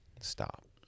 Stop